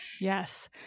Yes